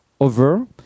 over